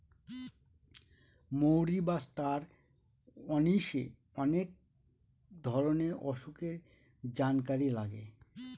মৌরি বা ষ্টার অনিশে অনেক ধরনের অসুখের জানকারি লাগে